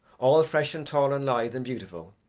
all fresh and tall and lithe and beautiful,